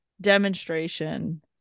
demonstration